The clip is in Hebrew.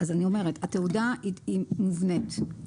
התעודה היא מובנית.